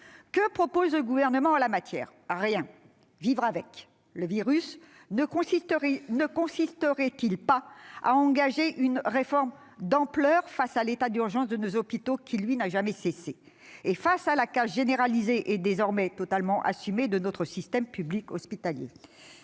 Que propose le Gouvernement en la matière ? Rien, sinon vivre avec le virus. Ce dernier ne devrait-il pas nous pousser à engager une réforme d'ampleur face à l'état d'urgence de nos hôpitaux qui, lui, n'a jamais cessé, et face à la casse généralisée et désormais totalement assumée de notre système public hospitalier ?